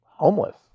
homeless